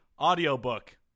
audiobook